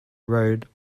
road